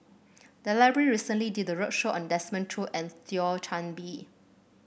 the library recently did a roadshow on Desmond Choo and Thio Chan Bee